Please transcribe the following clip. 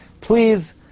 Please